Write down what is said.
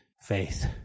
faith